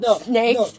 snakes